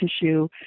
tissue